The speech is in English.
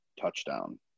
touchdown